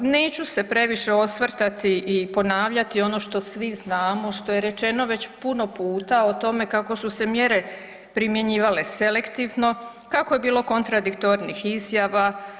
Neću se previše osvrtati i ponavljati ono što svi znamo, što je rečeno već puno puta o tome kako su se mjere primjenjivale selektivno, kako je bilo kontradiktornih izjava.